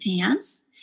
pants